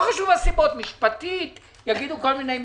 לא חשוב משפטית, כל מיני מילים.